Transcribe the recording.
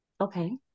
Okay